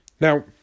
Now